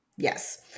Yes